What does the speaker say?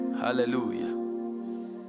Hallelujah